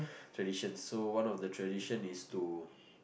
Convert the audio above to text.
traditions so one of the traditions is to